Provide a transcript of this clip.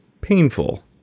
painful